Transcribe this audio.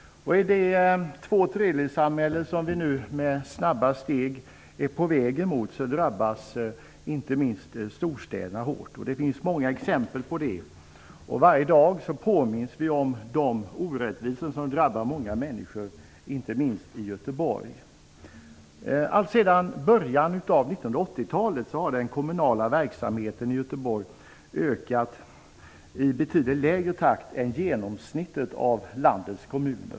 I det tvåtredjedelssamhälle som vi nu med snabba steg är på väg mot drabbas inte minst storstäderna hårt. Det finns många exempel på det. Varje dag påminns vi om de orättvisor som drabbar många människor inte minst i Göteborg. Alltsedan början av 1980-talet har den kommunala verksamheten i Göteborg ökat i betydligt långsammare takt än i genomsnittet av landets kommuner.